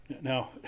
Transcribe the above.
Now